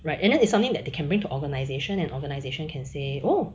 right and then it's something that they can bring to organisation and organisation can say oh